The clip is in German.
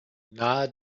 nahe